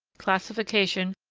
classification,